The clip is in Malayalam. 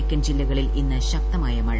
തെക്കൻ ജില്ലകളിൽ ഇന്ന് ശക്തമായ മഴ